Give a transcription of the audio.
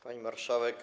Pani Marszałek!